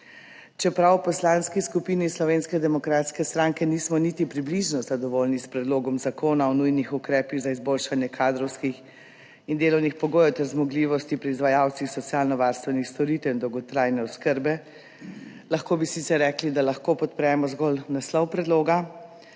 Čeprav v Poslanski skupini Slovenske demokratske stranke nismo niti približno zadovoljni s Predlogom zakona o nujnih ukrepih za izboljšanje kadrovskih in delovnih pogojev ter zmogljivosti pri izvajalcih socialnovarstvenih storitev in dolgotrajne oskrbe, lahko bi sicer rekli, da lahko podpremo zgolj naslov predloga,